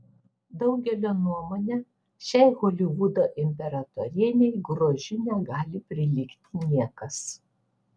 daugelio nuomone šiai holivudo imperatorienei grožiu negali prilygti niekas